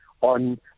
on